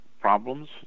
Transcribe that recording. problems